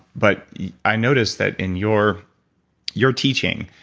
but i noticed that in your your teaching